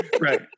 Right